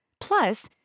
Plus